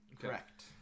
Correct